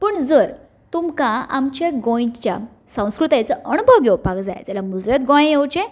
पूण जर तुमकां आमच्या गोंयच्या संस्कृतायेचो अणभव घेवपाक जाय जाल्यार मुजरत गोंया येवचें